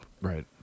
Right